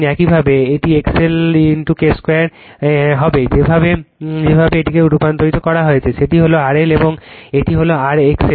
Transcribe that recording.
একইভাবে এটি X L K 2 হবে যেভাবে এটিকে রূপান্তরিত করেছে সেটি হল R L এবং এটি হবে X L